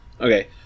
Okay